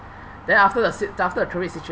then after the sit~ then after the COVID situation